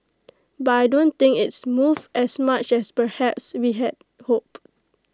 but I don't think it's moved as much as perhaps we had hoped